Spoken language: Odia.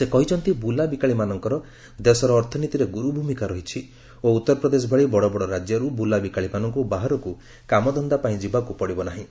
ସେ କହିଛନ୍ତି ବୁଲାବିକାଳିମାନଙ୍କର ଦେଶର ଅର୍ଥନୀତିରେ ଗୁରୁ ଭୂମିକା ରହିଛି ଓ ଉତ୍ତରପ୍ରଦେଶ ଭଳି ବଡ଼ବଡ଼ ରାଜ୍ୟରୁ ବୁଲାବିକାଳିମାନଙ୍କୁ ବାହାରକୁ କାମଧନ୍ଦ ପାଇଁ ଯିବାକୁ ପଡ଼ିବ ନାହିଁ